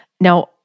Now